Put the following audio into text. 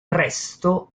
presto